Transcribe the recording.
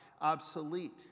obsolete